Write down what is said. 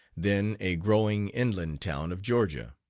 then a growing inland town of georgia.